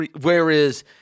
Whereas